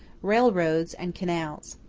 railroads, and canals.